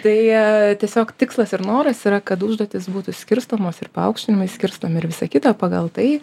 tai tiesiog tikslas ir noras yra kad užduotys būtų skirstomos ir paaukštinimai skirstomi ir visa kita pagal tai